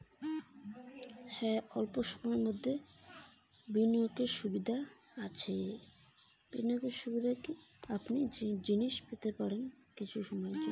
অল্প সময়ের বিনিয়োগ এর সুবিধা কি?